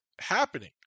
happening